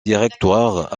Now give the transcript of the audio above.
directoire